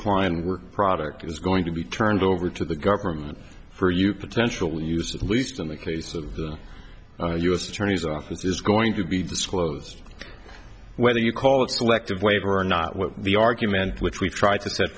work product is going to be turned over to the government for you potential use of least in the case of the u s attorney's office is going to be disclosed whether you call it selective waiver or not what the argument which we try to set